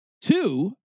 Two